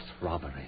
robbery